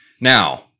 Now